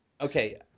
okay